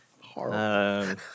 horrible